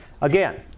Again